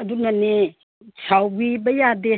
ꯑꯗꯨꯅꯅꯦ ꯁꯥꯎꯕꯤꯕ ꯌꯥꯗꯦ